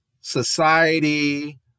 society